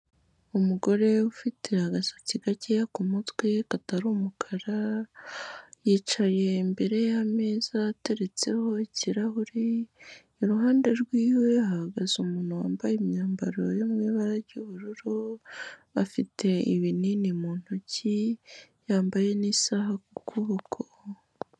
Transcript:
Umugore ufite agasatsi gakeya ku mutwe katari umukara, yicaye imbere y'ameza ateretseho ikirahuri, iruhande rw'iwe hahagaze umuntu wambaye imyambaro yo mu ibara ry'ubururu afite ibinini mu ntoki, yambaye n'isaha ku kuboko.